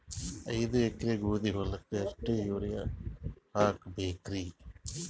ಐದ ಎಕರಿ ಗೋಧಿ ಹೊಲಕ್ಕ ಎಷ್ಟ ಯೂರಿಯಹಾಕಬೆಕ್ರಿ?